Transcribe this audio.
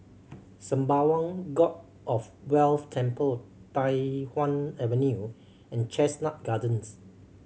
Sembawang God of Wealth Temple Tai Hwan Avenue and Chestnut Gardens